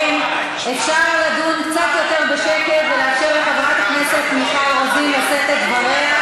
אפשר לדון קצת יותר בשקט ולאפשר לחברת הכנסת מיכל רוזין לשאת את דבריה?